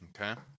Okay